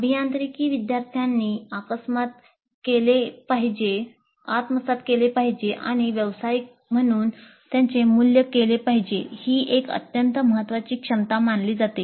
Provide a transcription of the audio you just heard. अभियांत्रिकी विद्यार्थ्यांनी आत्मसात केले पाहिजे आणि व्यावसायिक म्हणून त्यांचे मूल्य केले पाहिजे ही एक अत्यंत महत्त्वाची क्षमता मानली जाते